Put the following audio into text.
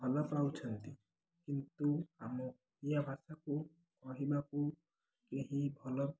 ଭଲ ପାଉଛନ୍ତି କିନ୍ତୁ ଆମ ଓଡ଼ିଆ ଭାଷାକୁ କହିବାକୁ କେହି ଭଲ